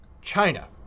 China